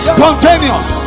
Spontaneous